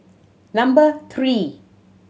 number three